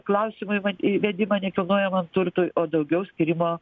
klausimai mat įvedimą nekilnojamam turtui o daugiau skyrimo